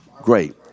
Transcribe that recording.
great